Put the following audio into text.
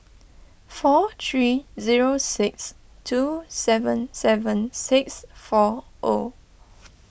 four three zero six two seven seven six four O